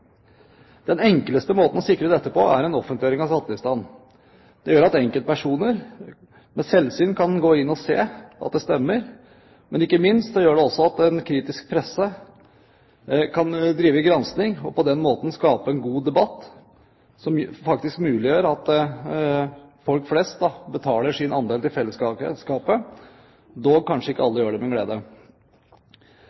Den enkleste måten å sikre dette på er en offentliggjøring av skattelistene. Det gjør at enkeltpersoner ved selvsyn kan gå inn og se at det stemmer, men ikke minst gjør det også at en kritisk presse kan drive gransking, og på den måten skape en god debatt som faktisk muliggjør at folk flest betaler sin andel til fellesskapet, selv om kanskje ikke